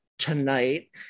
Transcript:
Tonight